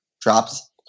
drops